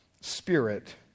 spirit